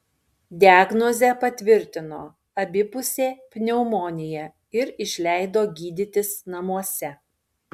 diagnozę patvirtino abipusė pneumonija ir išleido gydytis namuose